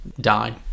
die